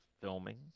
filming